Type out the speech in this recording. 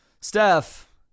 Steph